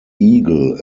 eagle